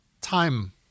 time